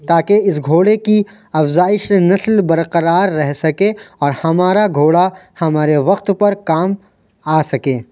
تاکہ اس گھوڑے کی افزائش نسل برقرار رہ سکے اور ہمارا گھوڑا ہمارے وقت پر کام آ سکے